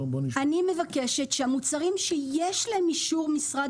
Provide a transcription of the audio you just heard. אני מבקשת שהמוצרים שיש להם אישור משרד